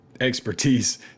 expertise